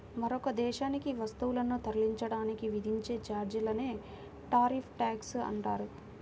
మరొక దేశానికి వస్తువులను తరలించడానికి విధించే ఛార్జీలనే టారిఫ్ ట్యాక్స్ అంటారు